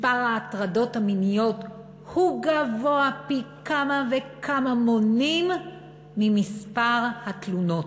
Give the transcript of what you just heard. מספר ההטרדות המיניות גדול פי כמה וכמה ממספר התלונות.